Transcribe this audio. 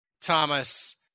Thomas